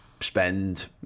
spend